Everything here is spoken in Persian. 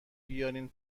بیارین